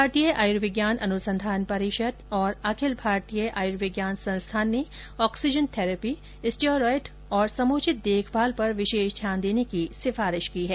भारतीय आयुर्विज्ञान अनुसंधान परिषद और अखिल भारतीय आयुर्विज्ञान संस्थान ने ऑक्सीजन थेरैपी स्टीयोरॉयड और समुचित देखभाल पर विशेष ध्यान देने की सिफारिश की है